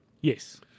Yes